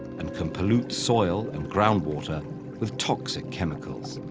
and can pollute soil and groundwater with toxic chemicals.